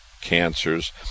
cancers